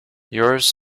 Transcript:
yours